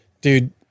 dude